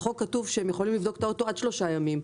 בחוק כתוב שהם יכולים לבדוק את הרכב עד שלושה ימים.